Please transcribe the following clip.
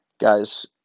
guys